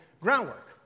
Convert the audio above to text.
Groundwork